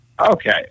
Okay